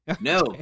No